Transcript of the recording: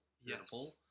Yes